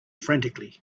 frantically